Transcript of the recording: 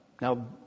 Now